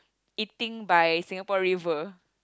eating by Singapore-River